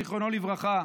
זיכרונו לברכה.